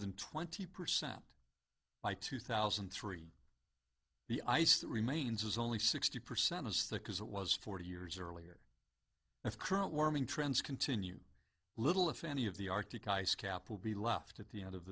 than twenty percent by two thousand and three the ice that remains is only sixty percent as the cause it was forty years earlier of current warming trends continue little if any of the arctic ice cap will be left at the end of